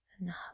enough